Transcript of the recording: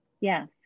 Yes